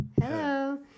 Hello